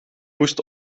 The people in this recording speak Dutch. moest